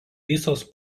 visos